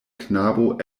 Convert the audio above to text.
knabo